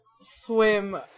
swim